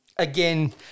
Again